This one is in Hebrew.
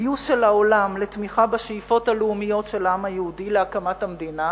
גיוס של העולם לתמיכה בשאיפות הלאומיות של העם היהודי להקמת המדינה,